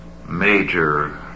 major